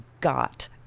got